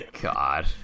God